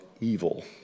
evil